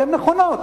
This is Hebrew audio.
שהן נכונות,